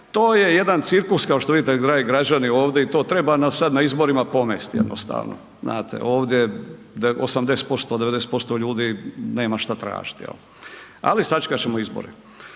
to je jedan cirkus kao što vidite dragi građani ovdje i to treba sada na izborima pomest jednostavno znate, ovdje 80%, 90% ljudi nema šta tražiti jel, ali sačekat ćemo izbore.